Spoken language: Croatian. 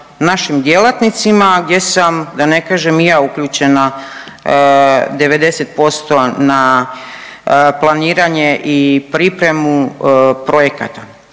našim djelatnicima gdje sam da ne kažem i ja uključena 90% na planiranje i pripremu projekata